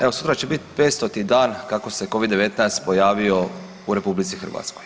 Evo sutra će biti 500. dan kako se covid-19 pojavio u RH.